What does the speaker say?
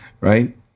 Right